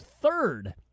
third